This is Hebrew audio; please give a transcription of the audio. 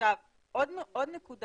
מסעדות,